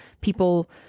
people